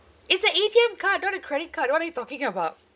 it's a A_T_M card not a credit card what are you talking about